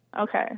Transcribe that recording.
Okay